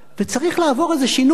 וצריך לעבור איזה שינוי.